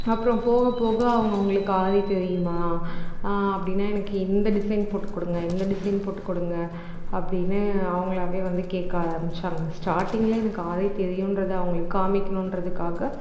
அப்புறோம் போக போக அவங்க அவங்களுக்கு ஆரி தெரியுமா அப்படினா எனக்கு இந்த டிசைன் போட்டு கொடுங்க இந்த டிசைன் போட்டு கொடுங்க அப்படினு அவங்களாவே வந்து ஆரமிச்சிட்டாங்க ஸ்டார்ட்டிங்கில் எனக்கு ஆரி தெரியுன்றது அவங்களுக்கு காமிக்கணுன்றதுக்காக